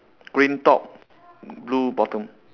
green top blue bottom